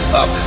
up